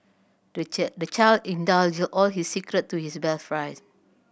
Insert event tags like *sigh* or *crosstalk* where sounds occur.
the *unintelligible* the child indulged all his secret to his best friend